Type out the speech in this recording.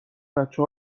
بچه